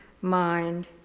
mind